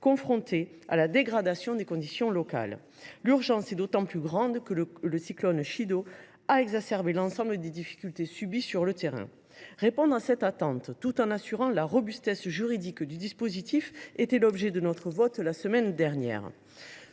confrontés à la dégradation du contexte local. L’urgence est d’autant plus grande que le cyclone Chido a exacerbé l’ensemble des difficultés vécues sur le terrain. Répondre à cette attente tout en assurant la robustesse juridique du dispositif, tel était l’objet du texte que nous avons voté la semaine dernière,